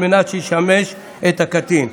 על מנת שישמש את הקטין.